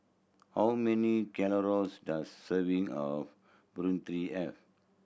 how many calories does serving of Burrito have